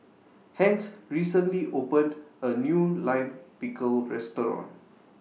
Hence recently opened A New Lime Pickle Restaurant